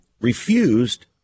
refused